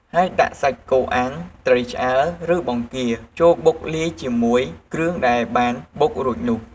ហើយដាក់សាច់គោអាំង ត្រីឆ្អើរ ឬបង្គាចូលបុកលាយជាមួយគ្រឿងដែលបានបុករួចនោះ។